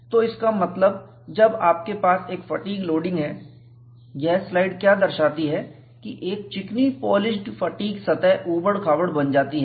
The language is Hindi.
तो इसका मतलब जब आपके पास एक फटीग लोडिंग है यह स्लाइड क्या दर्शाती है कि एक चिकनी पॉलिश्ड फटीग सतह ऊबड़ खाबड़ बन जाती है